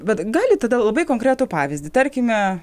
bet galit tada labai konkretų pavyzdį tarkime